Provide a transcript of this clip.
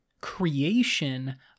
creation